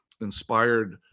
inspired